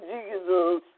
Jesus